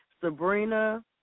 Sabrina